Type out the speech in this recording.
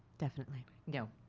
definitely. no.